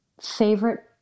favorite